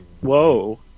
Whoa